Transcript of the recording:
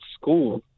school